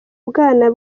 bwana